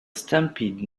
stampede